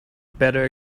better